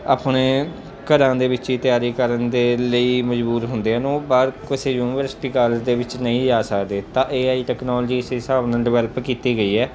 ਆਪਣੇ ਘਰਾਂ ਦੇ ਵਿੱਚ ਹੀ ਤਿਆਰੀ ਕਰਨ ਦੇ ਲਈ ਮਜ਼ਬੂਰ ਹੁੰਦੇ ਹਨ ਉਹ ਬਾਹਰ ਕਿਸੇ ਯੂਨੀਵਰਸਿਟੀ ਕਾਲਜ ਦੇ ਵਿੱਚ ਨਹੀਂ ਜਾ ਸਕਦੇ ਤਾਂ ਏ ਆਈ ਟੈਕਨੋਲਜੀ ਇਸ ਹਿਸਾਬ ਨਾਲ ਡਿਵੈਲਪ ਕੀਤੀ ਗਈ ਹੈ